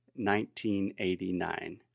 1989